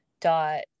dot